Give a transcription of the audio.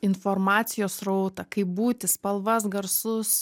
informacijos srautą kaip būti spalvas garsus